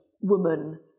woman